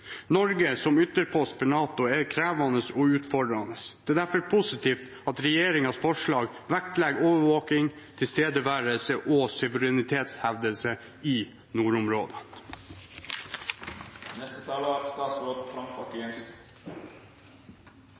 Norge som ytterpost for NATO er krevende og utfordrende. Det er derfor positivt at regjeringens forslag vektlegger overvåking, tilstedeværelse og suverenitetshevdelse i